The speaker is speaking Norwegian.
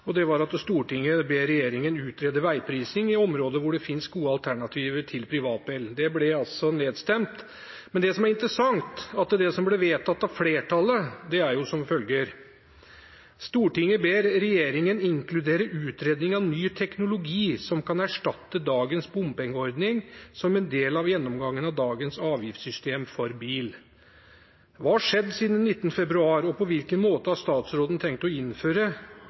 forslag. Det var: «Stortinget ber regjeringen utrede avansert veiprising i områder hvor det finnes gode alternativer til privatbil.» Det ble altså nedstemt. Men det som er interessant, er at det som ble vedtatt av flertallet, er som følger: «Stortinget ber regjeringen inkludere utredning av ny teknologi som kan erstatte dagens bompengeordning, som en del av gjennomgangen av dagens avgiftssystem for bil.» Hva har skjedd siden 19. februar, og på hvilken måte har statsråden tenkt å innføre